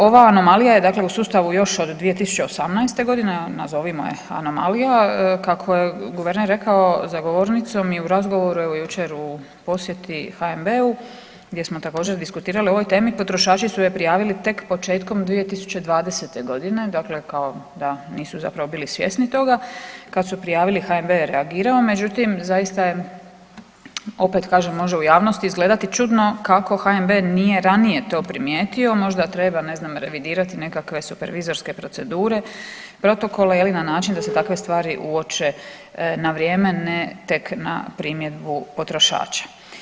Ova anomalija je dakle u sustavu još od 2018. g., nazovimo je anomalija, kako je guverner rekao za govornicom i u razgovoru evo, jučer u posjeti HNB-u gdje smo također, diskutirali o ovoj temi, potrošači su je prijavili tek početkom 2020. g., dakle kao da nisu zapravo bili svjesni toga, kad su prijavili, HNB je reagirao, međutim, zaista je, opet kažem, može u javnosti izgledati čudno kako HNB nije ranije to primijetio, možda treba, ne znam, revidirati nekakve supervizorske procedure, protokole, je li, na način da se takve stvari uopće na vrijeme, ne tek na primjedbu potrošača.